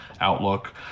outlook